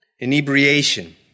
inebriation